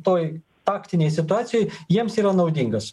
toj faktinėj situacijoj jiems yra naudingas